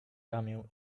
ramię